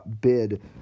bid